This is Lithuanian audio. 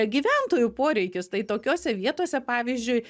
gyventojų poreikius tai tokiose vietose pavyzdžiui